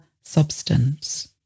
substance